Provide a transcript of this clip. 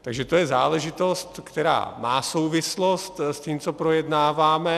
Takže to je záležitost, která má souvislost s tím, co projednáváme.